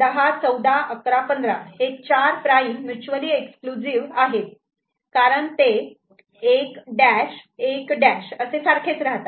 10 14 11 15 हे चार prime mutually exclusive आहेत कारण ते 1 डॅश 1 डॅश असे सारखेच राहतात